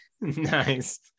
Nice